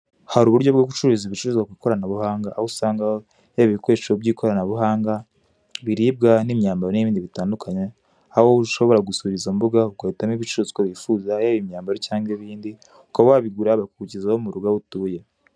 Hari uburyo bwo gucururiza ibicuruzwa ku ikoranabuhanga aho usanga yaba ibikoresho by'ikoranabuhanga, ibiribwa n'imyambaro n'ibindi bitandukanye aho ushobora gusura izo mbuga ugahitamo ibicuruzwa wifuza yaba imyambara cyangwa ibindi, ukaba wabigura bakabikugezaho mu rugo aho utuye.